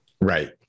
Right